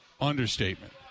understatement